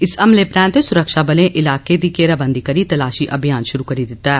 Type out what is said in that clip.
इस हमले परैन्त सुरक्षाबलें इलाके दी घेराबंदी करी तलाशी अभियान शरु करी दिता ऐ